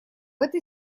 этой